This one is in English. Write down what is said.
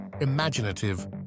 imaginative